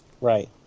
Right